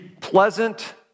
pleasant